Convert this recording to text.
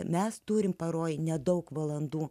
mes turime paroje nedaug valandų